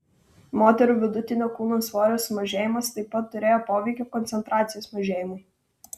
moterų vidutinio kūno svorio sumažėjimas taip pat turėjo poveikio koncentracijos mažėjimui